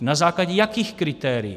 Na základě jakých kritérií?